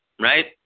right